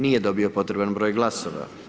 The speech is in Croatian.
Nije dobio potreban broj glasova.